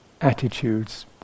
attitudes